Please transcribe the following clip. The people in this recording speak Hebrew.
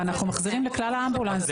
אנחנו מחזירים לכלל האמבולנסים.